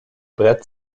brett